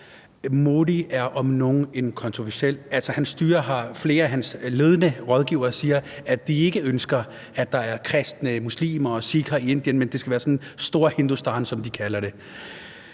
ned; lærere og unge forsvinder. Flere af Modis ledende rådgivere siger, at de ikke ønsker, at der er kristne, muslimer og sikher i Indien, men at det skal være Storhindustan, som de kalder det.